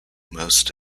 most